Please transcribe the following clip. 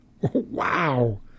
Wow